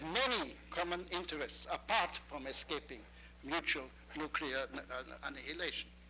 many common interests, apart from escaping mutual nuclear and annihilation.